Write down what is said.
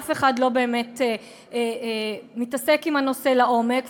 אף אחד לא באמת מתעסק עם הנושא לעומק,